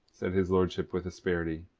said his lordship with asperity,